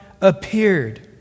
appeared